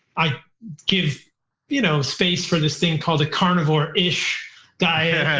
i give you know space for this thing called a carnivore ish diet.